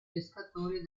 pescatori